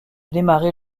démarrer